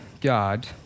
God